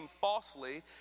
falsely